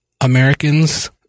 Americans